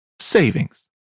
savings